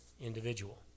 individual